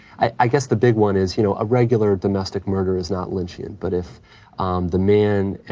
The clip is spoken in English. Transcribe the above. i guess the big one is, you know, a regular domestic murder is not lynchian. but if the man,